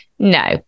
No